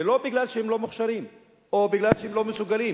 זה לא בגלל שהם לא מוכשרים או בגלל שהם לא מסוגלים,